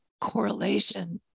correlation